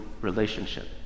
relationship